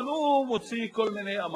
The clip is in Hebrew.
הוא מעסיק 160 עובדים.